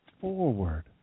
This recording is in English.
forward